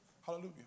Hallelujah